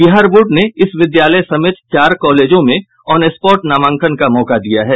Bihar board ने इस विद्यालय समेत चार कॉलेजों में ऑन स्पॉट नामांकन का मौका दिया है